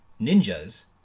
ninjas